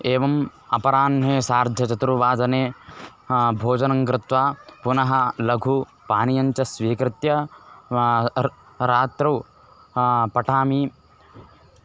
एवम् अपराह्णे सार्धचतुर्वादने भोजनङ्कृत्वा पुनः लघुपानीयञ्च स्वीकृत्य रात्रौ पठामि